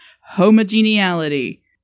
homogeneity